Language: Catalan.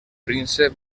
príncep